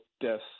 deaths